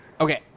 Okay